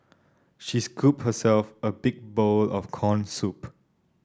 she scooped herself a big bowl of corn soup